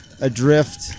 adrift